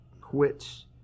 quits